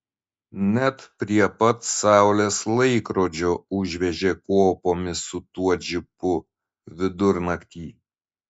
net prie pat saulės laikrodžio užvežė kopomis su tuo džipu vidurnaktį